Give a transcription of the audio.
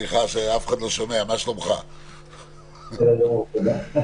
בסדר גמור, תודה.